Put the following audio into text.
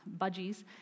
budgies